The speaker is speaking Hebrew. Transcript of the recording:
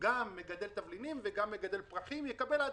גם מגדל תבלינים וגם מגדל פרחים יקבל עד